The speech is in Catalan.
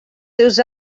seus